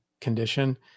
condition